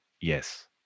Yes